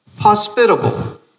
hospitable